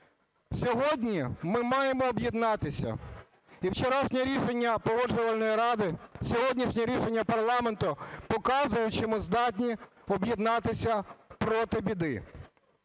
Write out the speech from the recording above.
Сьогодні ми маємо об'єднатися, і вчорашнє рішення Погоджувальної ради, сьогоднішнє рішення парламенту показують, що ми здатні об'єднатися проти біди.